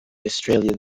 australian